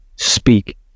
speak